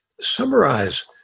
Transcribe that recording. Summarize